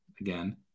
again